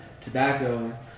tobacco